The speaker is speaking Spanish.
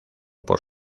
por